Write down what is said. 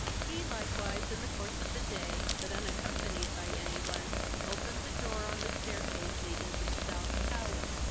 he likewise, in the course of the day, but unaccompanied by any one, opened the door on the stair-case leading to the south tower.